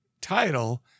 title